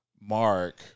Mark